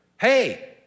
Hey